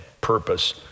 purpose